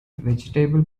vegetable